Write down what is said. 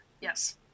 yes